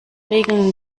regeln